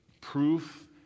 proof